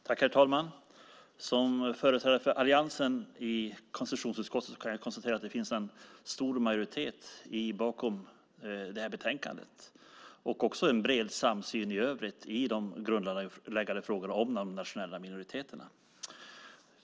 Herr talman! Som företrädare för alliansen i konstitutionsutskottet kan jag konstatera att det finns en stor majoritet bakom betänkandet och också en bred samsyn i övrigt i de grundläggande frågorna om de nationella minoriteterna.